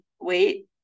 wait